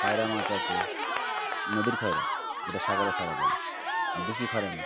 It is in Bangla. খয়রা মাছ আছে নদীর খয়রা যেটা সাগরের খয়রা বলে দেশি খয়রা না